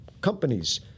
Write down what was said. companies